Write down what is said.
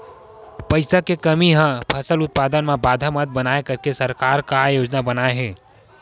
पईसा के कमी हा फसल उत्पादन मा बाधा मत बनाए करके सरकार का योजना बनाए हे?